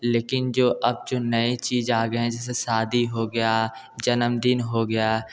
लेकिन जो अब जो नए चीज़ आ गए हैं जैसे शादी हो गया जन्मदिन हो गया